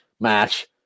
match